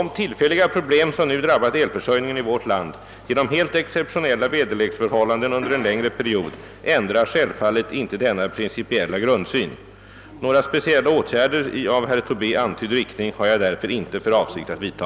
De tillfälliga problem, som nu drabbat elförsörjningen i vårt land genom helt exceptionella väderleksförhållanden under en längre period, ändrar självfallet inte denna principiella grundsyn. Några speciella åtgärder i av herr Tobé antydd riktning har jag därför inte för avsikt att vidta.